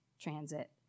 transit